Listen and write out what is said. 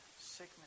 sickness